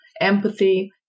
empathy